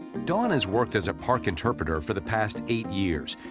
dawn has worked as park interpreter for the past eight years.